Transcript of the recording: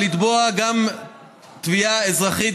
ולתבוע גם תביעה אזרחית,